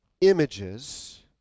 images